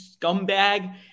scumbag